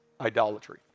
idolatry